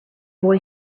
boy